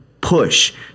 push